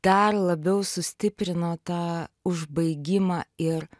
dar labiau sustiprino tą užbaigimą ir